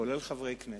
בהם חברי הכנסת,